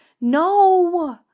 no